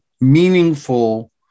meaningful